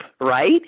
right